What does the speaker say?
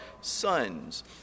sons